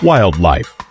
Wildlife